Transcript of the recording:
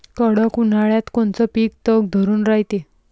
कडक उन्हाळ्यात कोनचं पिकं तग धरून रायते?